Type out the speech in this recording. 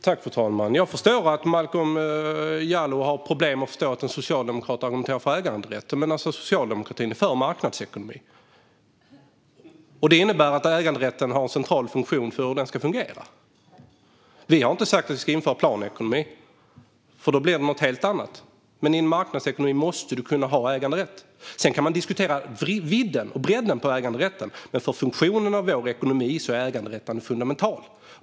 Fru talman! Jag förstår att Malcolm Jallow har problem att förstå att en socialdemokrat argumenterar för äganderätten. Men socialdemokratin är för marknadsekonomi, och det innebär att äganderätten har en central funktion. Vi har inte sagt att vi ska införa planekonomi, för det blir något helt annat. I en marknadsekonomi måste man kunna ha äganderätt. Sedan kan man diskutera vidden och bredden på äganderätten, men för vår ekonomis funktion är äganderätten fundamental.